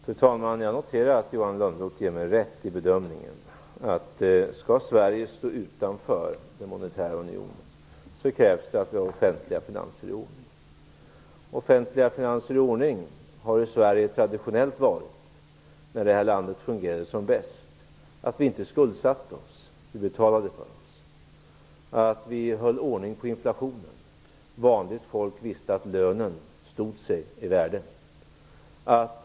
Fru talman! Jag noterar att Johan Lönnroth ger mig rätt i bedömningen, att om Sverige skall stå utanför den monetära unionen, så krävs det att vi har offentliga finanser i ordning. Offentliga finanser i ordning har ju Sverige traditionellt haft när detta land fungerade som bäst. Då skuldsatte vi oss inte utan betalade för oss. Vi höll ordning på inflationen, och vanligt folk visste att lönen stod sig i värde.